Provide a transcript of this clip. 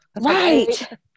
Right